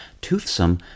toothsome